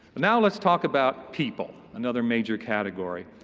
now let's talk about people. another major category.